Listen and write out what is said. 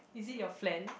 is it your friend